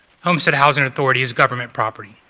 homestead housing authority is government property.